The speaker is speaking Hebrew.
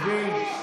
שבי.